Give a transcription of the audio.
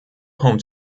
home